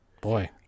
Boy